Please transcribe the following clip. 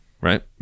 right